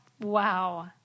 Wow